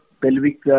pelvic